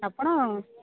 ଆପଣ